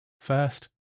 First